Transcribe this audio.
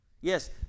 yes